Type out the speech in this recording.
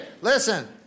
listen